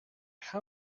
how